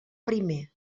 primer